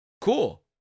cool